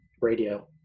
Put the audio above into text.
radio